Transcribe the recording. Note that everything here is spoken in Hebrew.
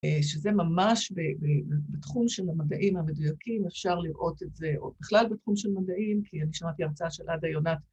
שזה ממש, בתחום של המדעים המדויקים אפשר לראות את זה, או בכלל בתחום של מדעים, כי אני שמעתי הרצאה של עדה יונת,